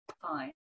Fine